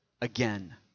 again